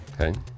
Okay